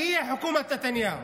ממשלת נתניהו